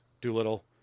Doolittle